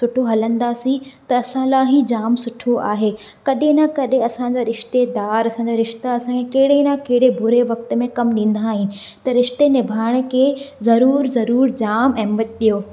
सुठो हलंदासीं त असां लाइ ई जाम सुठो आहे कॾहें न कॾहें असांजा रिश्तेदार असांजा रिश्ता असांजे कहिड़े न कहिड़े बुरे वक़्त में कमु ॾींदा ई त रिश्ते निभाइण खे ज़रूरु ज़रूरु जाम अहिमियत ॾियो